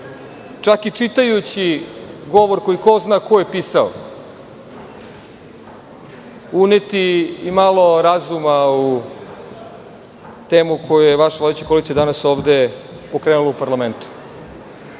čak i čitajući govor koji ko zna koje pisao, uneti i malo razuma u temu u koju je vaša vodeća koalicija danas ovde pokrenula u parlamentu. Pokušajte